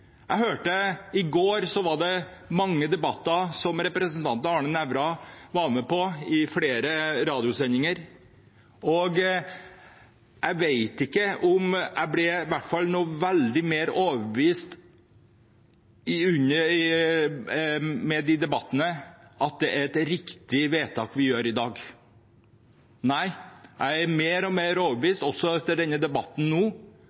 I går var representanten Arne Nævra med på mange debatter i flere radiosendinger. Jeg vet ikke om jeg ble noe mer overbevist etter de debattene om at det er et riktig vedtak vi gjør i dag. Nei, jeg er mer og mer overbevist, også nå